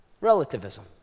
Relativism